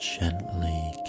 gently